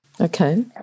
Okay